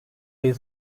ayı